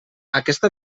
aquesta